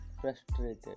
frustrated